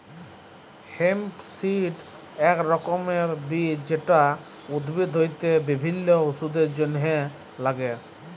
hemp seed এক রকমের বীজ যেটা উদ্ভিদ হইতে বিভিল্য ওষুধের জলহে লাগ্যে